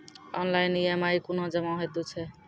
Online EMI कूना जमा हेतु छै?